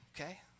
okay